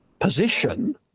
position